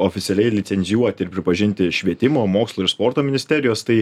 oficialiai licencijuoti ir pripažinti švietimo mokslo ir sporto ministerijos tai